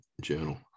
journal